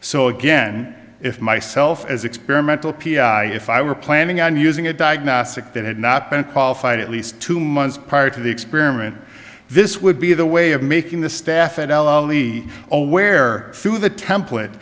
so again if myself as experimental if i were planning on using a diagnostic that had not been qualified at least two months prior to the experiment this would be the way of making the staff and l only aware to the template